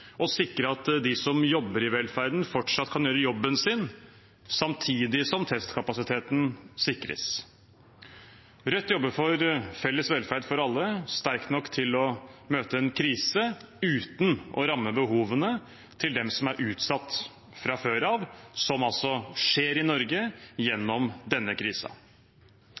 å sikre at de som jobber i velferden, fortsatt kan gjøre jobben sin samtidig som testkapasiteten sikres. Rødt jobber for felles velferd for alle, sterk nok til å møte en krise uten å ramme behovene til dem som er utsatt fra før av, som altså skjer i Norge gjennom denne